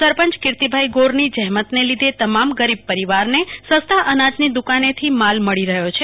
સરપંચ કિર્તિ ભાઈ ગોર ની જેમત ને લીધે તમામ ગરીબ પરિવાર ને સસ્તા અનાજની દુકાને થી માલ મળી રહ્યો છે